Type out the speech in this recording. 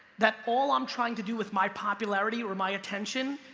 that all i'm trying to do with my popularity, or my attention,